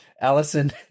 Allison